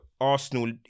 arsenal